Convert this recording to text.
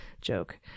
joke